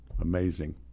Amazing